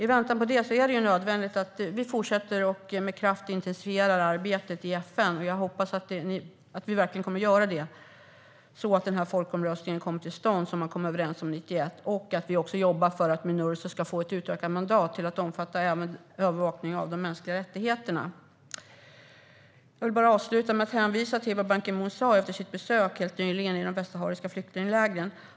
I väntan på det är det nödvändigt att vi med kraft intensifierar arbetet i FN. Jag hoppas att vi verkligen kommer att göra det, så att den här folkomröstningen kommer till stånd, som man kom överens om 1991, och att vi också jobbar för att Minurso ska få ett utökat mandat till att omfatta även övervakning av de mänskliga rättigheterna. Jag vill avsluta med att hänvisa till vad Ban Ki Moon sa efter sitt besök helt nyligen i de västsahariska flyktinglägren.